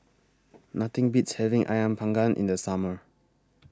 Nothing Beats having Ayam Panggang in The Summer